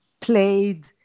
played